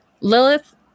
Lilith